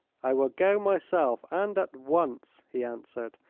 i will go myself, and at once, he answered.